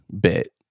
bit